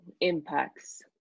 impacts